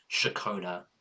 shakona